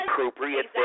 inappropriate